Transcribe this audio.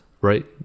right